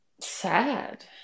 sad